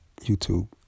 YouTube